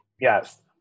Yes